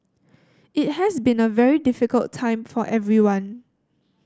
it has been a very difficult time for everyone